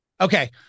Okay